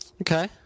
Okay